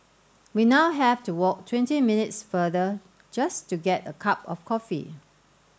we now have to walk twenty minutes farther just to get a cup of coffee